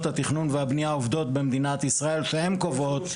התכנון והבנייה עובדות במדינת ישראל שקובעות לנו,